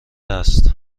است